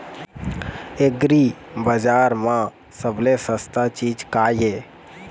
एग्रीबजार म सबले सस्ता चीज का ये?